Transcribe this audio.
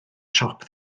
siop